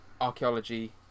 archaeology